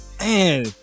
man